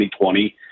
2020